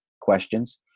questions